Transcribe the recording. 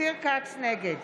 נגד